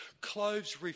clothes